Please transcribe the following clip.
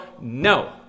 no